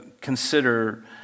consider